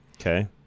Okay